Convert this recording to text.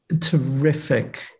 terrific